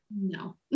no